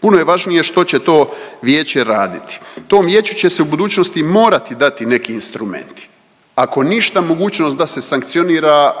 Puno je važnije što će to Vijeće raditi. Tom Vijeću će se u budućnosti morati dati neki instrumenti. Ako ništa mogućnost da se sankcionira,